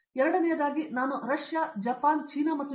ಎರಡನೆಯದಾಗಿ ನಾನು Russia Japan China ಮತ್ತು ಯು